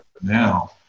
now